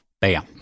Bam